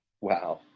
Wow